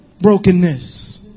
brokenness